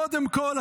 קודם כול,